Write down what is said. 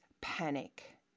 panic